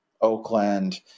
Oakland